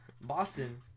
Boston